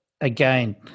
again